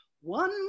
One